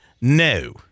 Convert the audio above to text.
no